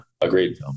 Agreed